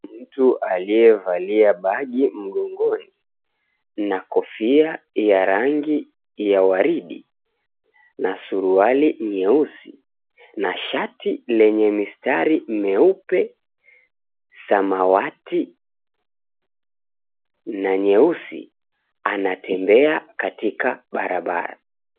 Mtu aliyevalia bagi mgongoni na kofia ya rangi ya waridi na suruali nyeusi na shati lenye mistari meupe, samawati na nyeusi anatembea katika barabara.